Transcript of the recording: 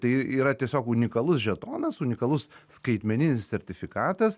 tai yra tiesiog unikalus žetonas unikalus skaitmeninis sertifikatas